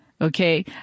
okay